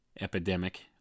epidemic